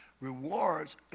Rewards